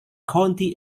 county